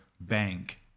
bank